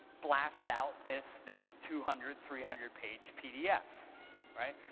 blast out this this two hundred, three hundred page pdf right?